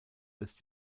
ist